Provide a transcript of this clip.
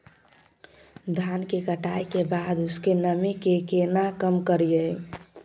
धान की कटाई के बाद उसके नमी के केना कम करियै?